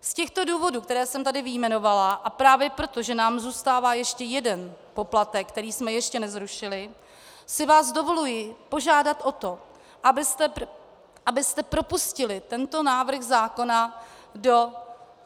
Z těchto důvodů, které jsem tady vyjmenovala, a právě proto, že nám zůstává ještě jeden poplatek, který jsme ještě nezrušili, si vás dovoluji požádat o to, abyste propustili tento návrh zákona do